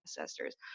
ancestors